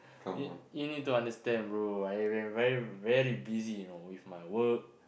y~ you need to understand bro I've been very very busy you know with my work